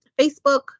Facebook